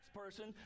person